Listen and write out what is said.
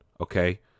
Okay